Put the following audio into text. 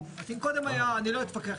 אני לא אתווכח,